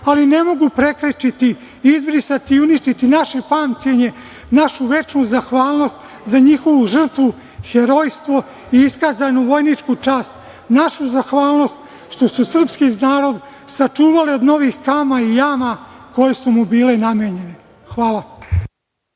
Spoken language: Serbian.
ali ne mogu prekrečiti, izbrisati i uništiti naše pamćenje, našu večnu zahvalnost za njihovu žrtvu, herojstvo i iskazanu vojničku čast, našu zahvalnost što su srpski narod sačuvali od novih kama i jama koje su mu bile namenjene. Hvala.